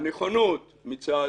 הנכונות מצד